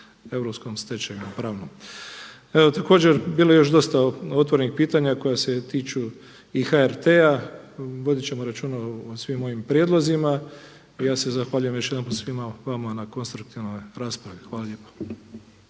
europskom pravnom stečevinom. Evo također bilo je još dosta otvorenih pitanja koja se tiču i HRT-a, vodit ćemo računa o svim ovim prijedlozima i ja se zahvaljujem još jedanput svima vama na konstruktivnoj raspravi. Hvala lijepa.